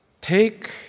Take